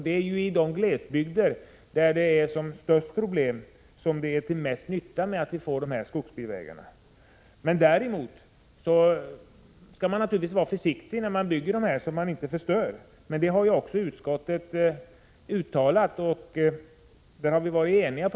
Det är i de glesbygder där problemen är störst som skogsbilvägarna är till mest nytta. Naturligtvis skall man vara försiktig när man bygger skogsbilvägar så att man inte förstör, men det har också utskottet uttalat, och på den punkten har vi varit eniga.